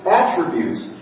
attributes